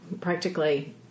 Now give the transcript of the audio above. practically